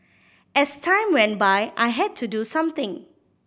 as time went by I had to do something